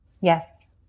Yes